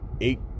eight